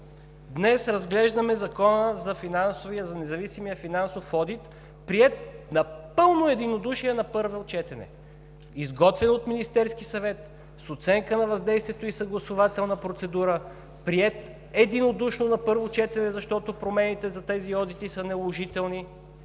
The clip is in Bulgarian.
Днес разглеждаме Закона за независимия финансов одит, приет напълно единодушно на първо четене, изготвен от Министерския съвет с оценка на въздействието и съгласувателна процедура, приет единодушно на първо четене, защото промените за тези одити са наложителни,